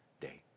day